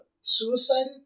suicided